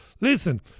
listen